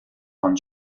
von